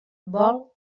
vol